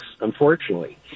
unfortunately